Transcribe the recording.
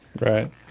Right